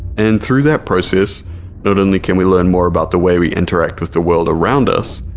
and through that process not only can we learn more about the way we interact with the world around us,